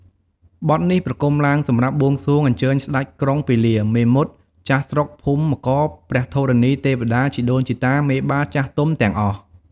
បទនេះប្រគំឡើងសម្រាប់បួងសួង អញ្ចើញស្ដេចក្រុងពាលី មេមត់ ចាស់ស្រុកភូមិករព្រះធរណី ទេវតា ជីដូនជីតា មេបាចាស់ទុំទាំងអស់។